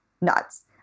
nuts